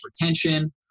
retention